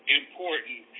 important